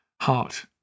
heart